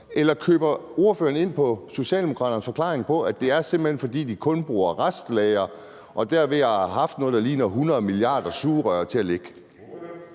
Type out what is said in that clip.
Eller køber ordføreren ind på Socialdemokraternes forklaring om, at det simpelt hen er, fordi de kun bruger restlagre, og at de derved har haft noget, der ligner 100 mia. sugerør liggende?